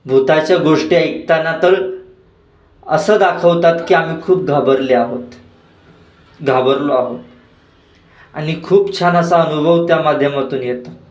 भुताच्या गोष्टी ऐकताना तर असं दाखवतात की आम्ही खूप घाबरले आहोत घाबरलो आहोत आणि खूप छान असा अनुभव त्या माध्यमातून येतो